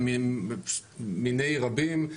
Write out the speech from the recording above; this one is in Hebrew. הם מיני רבים.